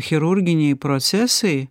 chirurginiai procesai